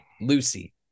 Lucy